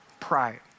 pride